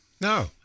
No